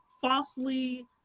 falsely